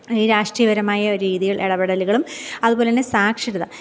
ഈ രാഷ്ട്രീയപരമായ രീതിയില് ഇടപെടലുകളും അതുപോലതന്നെ സാക്ഷരത